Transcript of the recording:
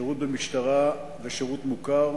(שירות במשטרה ושירות מוכר)